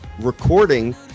Recording